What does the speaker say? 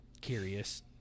curious